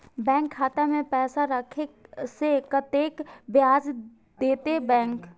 Bank खाता में पैसा राखे से कतेक ब्याज देते बैंक?